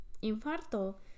infarto